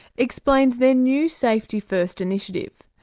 explains their new safety first initiative.